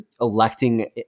electing